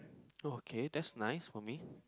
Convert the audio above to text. okay that's nice for me